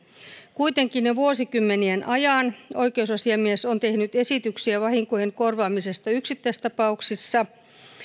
kuitenkin jo vuosikymmenien ajan oikeusasiamies on tehnyt esityksiä vahinkojen korvaamisesta yksittäistapauksissa